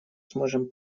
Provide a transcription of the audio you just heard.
сможем